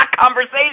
conversation